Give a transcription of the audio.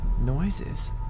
Noises